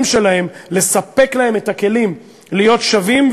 שלהם לספק להם את הכלים להיות שווים,